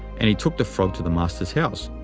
and he took the frog to the master's house.